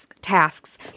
tasks